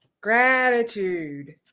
gratitude